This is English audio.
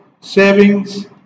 savings